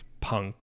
punk